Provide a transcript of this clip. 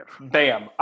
Bam